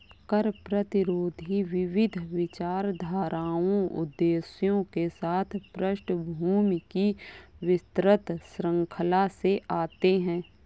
कर प्रतिरोधी विविध विचारधाराओं उद्देश्यों के साथ पृष्ठभूमि की विस्तृत श्रृंखला से आते है